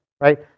right